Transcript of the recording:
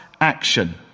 action